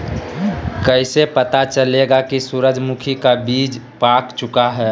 कैसे पता चलेगा की सूरजमुखी का बिज पाक चूका है?